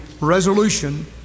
resolution